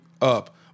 up